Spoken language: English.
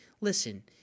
listen